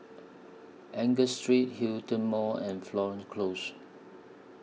Angus Street Hillion Mall and Florence Close